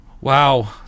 Wow